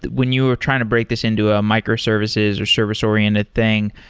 when you were trying to break this into a microservices, or service oriented thing,